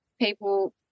people